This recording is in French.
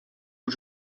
aux